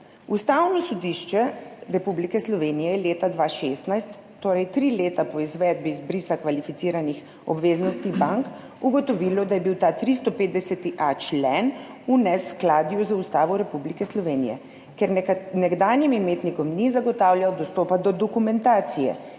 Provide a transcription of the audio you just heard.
Ustavno sodišče Republike Slovenije je leta 2016, torej tri leta po izvedbi izbrisa kvalificiranih obveznosti bank, ugotovilo, da je bil ta 350a. člen v neskladju z Ustavo Republike Slovenije, ker nekdanjim imetnikom ni zagotavljal dostopa do dokumentacije,